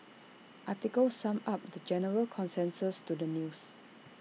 article summed up the general consensus to the news